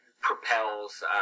propels